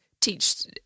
teach